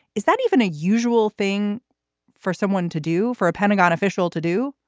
is that even a usual thing for someone to do, for a pentagon official to do?